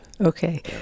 Okay